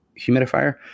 humidifier